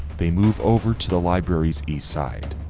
they move over to the library's east side.